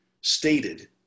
stated